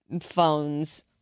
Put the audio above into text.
phones